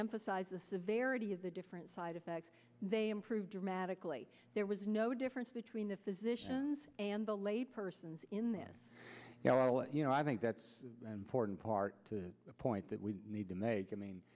emphasize the severity of the different side effects they improved dramatically there was no difference between the physicians and the lay persons in this you know and you know i think that's important part to the point that we need to make